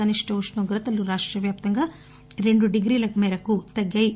కనిష్ట ఉష్ణోగ్రతలు రాష్టవ్యాప్తంగా రెండు డిగ్రీల మేరకు తగ్గాయి